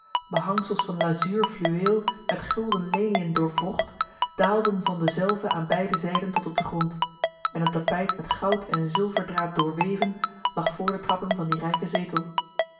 behangsels van lazuur fluweel met gulden leliën doorwrocht daalden van dezelve aan beide zijden tot op de grond en een tapijt met goud en zilverdraad doorweven lag voor de trappen van die rijke zetel